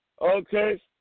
Okay